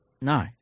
No